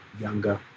younger